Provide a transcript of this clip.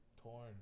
torn